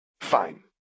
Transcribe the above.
Fine